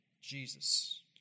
Jesus